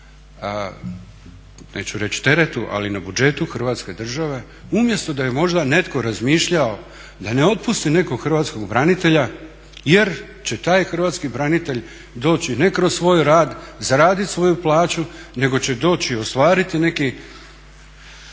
neću reći na teretu ali na budžetu Hrvatske države. Umjesto da je netko razmišljao da ne otpusti nekog hrvatskog branitelja jer će taj hrvatski branitelj doći ne kroz svoj rad zaraditi svoju plaću nego će doći i ostvariti neki